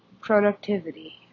productivity